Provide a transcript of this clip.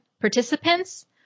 participants